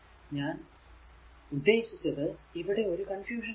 ഞാൻ ഉദ്ദേശിച്ചത് ഇവിടെ ഒരു കൺഫ്യൂഷൻ വേണ്ട